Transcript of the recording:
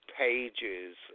pages